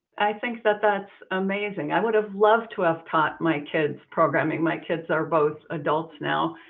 i think that that's amazing. i would have loved to have taught my kids programming. my kids are both adults now.